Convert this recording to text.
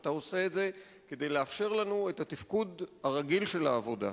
שאתה עושה את זה כדי לאפשר לנו את התפקוד הרגיל של העבודה.